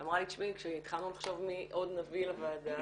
אמרה לי כשהתחלנו לחשוב מי עוד נביא לוועדה,